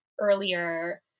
earlier